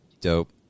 dope